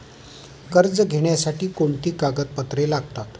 कर्ज घेण्यासाठी कोणती कागदपत्रे लागतात?